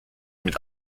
mit